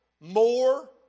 more